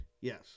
Yes